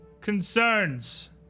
concerns